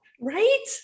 Right